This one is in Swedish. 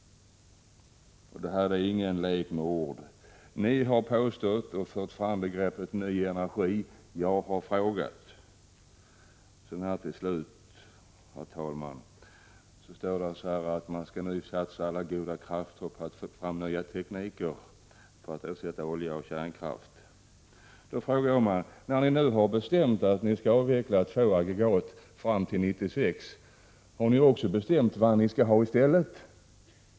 Det här är ingen lek med orden. Ni har fört fram begreppet ”ny energi”, och jag har frågat. Till slut, herr talman! Statsrådet säger att man nu skall satsa alla goda krafter på att få fram nya tekniker som skall ersätta olja och kärnkraft. Då frågar man: När ni nu har bestämt att ni skall avveckla två aggregat fram till 1996, har ni också bestämt vad ni skall ha i stället?